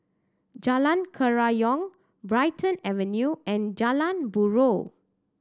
Jalan Kerayong Brighton Avenue and Jalan Buroh